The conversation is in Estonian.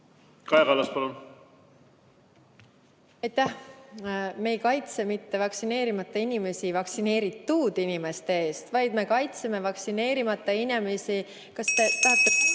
palun! Aitäh! Me ei kaitse mitte vaktsineerimata inimesi vaktsineeritud inimeste eest, vaid me kaitseme vaktsineerimata inimesi ... Kas te